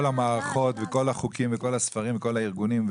המערכות וכל החוקים וכל הספרים וכל הארגונים,